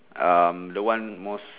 um the one most